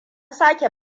sake